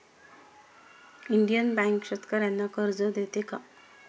Indian bank शेतकर्यांना कर्ज देते का?